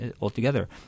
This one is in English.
altogether